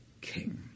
king